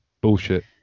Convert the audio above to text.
Bullshit